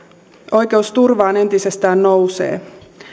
oikeusturvaan entisestään nousee